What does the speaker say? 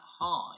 high